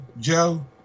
Joe